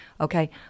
Okay